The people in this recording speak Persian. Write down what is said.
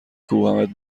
کوبمت